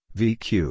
vq